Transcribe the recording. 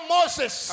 Moses